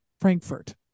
Frankfurt